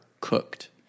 cooked